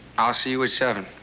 i'll see you at seven